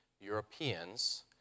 Europeans